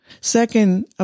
Second